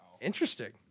Interesting